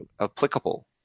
applicable